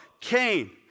Cain